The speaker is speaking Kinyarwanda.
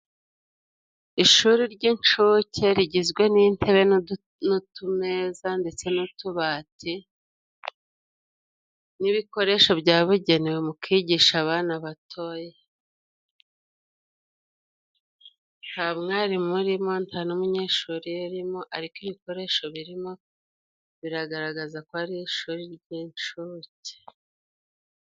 Ishuri ry'incuke rigizwe n'intebe n'utumeza ndetse n'utubati, n'ibikoresho byabugenewe mu kwigisha abana batoya. Nta mwarimu urimo nta n'umunyeshuri uririmo, ariko ibikoresho birimo biragaragaza ko ari ishuri ry'inshuke.